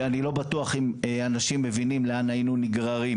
שאני לא בטוח אם אנשים מבינים לאן היינו נגררים,